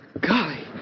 Golly